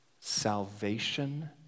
Salvation